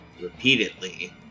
repeatedly